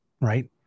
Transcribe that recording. right